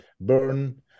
burn